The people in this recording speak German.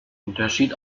unterschied